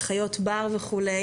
לחיות בר וכו',